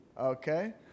okay